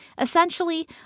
essentially